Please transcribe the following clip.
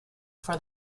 for